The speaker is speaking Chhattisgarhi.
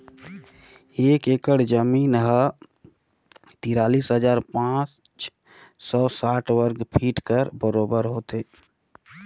एक एकड़ जमीन ह तिरालीस हजार पाँच सव साठ वर्ग फीट कर बरोबर होथे